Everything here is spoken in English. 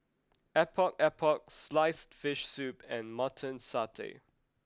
Epok Epok sliced fish soup and mutton Satay